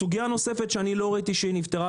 סוגיה נוספת שלא ראיתי שהיא נפתרה,